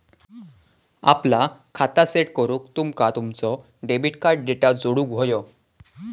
आपला खाता सेट करूक तुमका तुमचो डेबिट कार्ड डेटा जोडुक व्हयो